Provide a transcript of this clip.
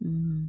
mmhmm